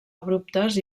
abruptes